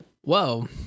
Whoa